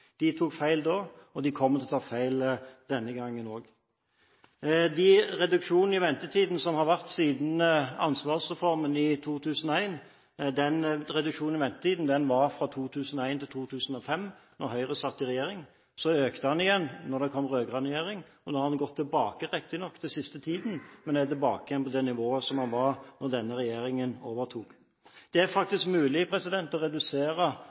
De tok feil da, og de kommer til å ta feil denne gangen også. Den reduksjonen i ventetid som har vært siden ansvarsreformen i 2001, var fra 2001 til 2005, da Høyre satt i regjering. Så økte den igjen da det kom en rød-grønn regjering. Nå har den riktignok gått tilbake den siste tiden, og er tilbake på det nivået den var da denne regjeringen overtok. Det er faktisk mulig å redusere